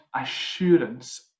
assurance